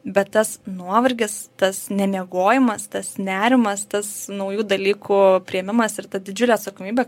bet tas nuovargis tas nemiegojimas tas nerimas tas naujų dalykų priėmimas ir ta didžiulė atsakomybė